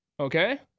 Okay